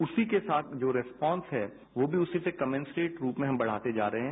उसी के साथ जो रिस्पान्स हैं वो भी उसी से कमिसरेट रूप में हम बढ़ाते जा रहे हैं